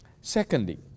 Secondly